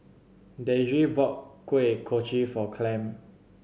Deidre bought Kuih Kochi for Clem